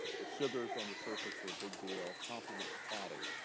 the sugars on the surface were a big deal. complement and clotting.